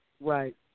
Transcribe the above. right